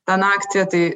tą naktį tai